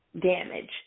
damage